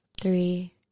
three